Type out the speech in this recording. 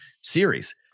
series